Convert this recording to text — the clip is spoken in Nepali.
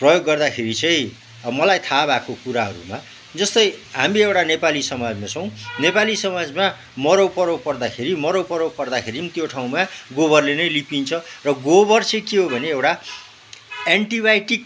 प्रयोग गर्दाखेरि चाहिँ मलाई थाहा भएको कुराहरूमा जस्तै हामी एउटा नेपाली समाजमा छौ नेपाली समाजमा मरौपरौ पर्दाखेरि मरौपरौ पर्दाखेरि नि त्यो ठाउँमा गोबरले नै लिपिन्छ र गोबर चाहिँ के हो भने एउटा एन्टिबायोटिक